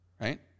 Right